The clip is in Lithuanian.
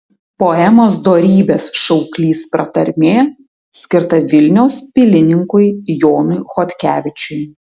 poemos dorybės šauklys pratarmė skirta vilniaus pilininkui jonui chodkevičiui